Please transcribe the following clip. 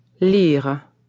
lire